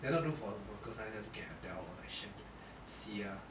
they are not known for their vocals ah look at adele ah chande~ sia